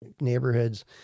neighborhoods